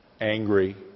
angry